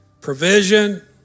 Provision